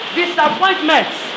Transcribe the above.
disappointments